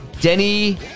Denny